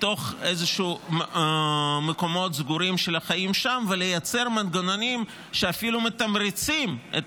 מתוך המקומות הסגורים של החיים שם ולייצר מנגנונים שאפילו מתמרצים את